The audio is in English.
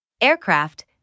Aircraft